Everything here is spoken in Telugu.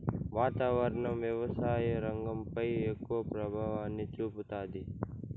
వాతావరణం వ్యవసాయ రంగంపై ఎక్కువ ప్రభావాన్ని చూపుతాది